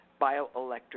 bioelectric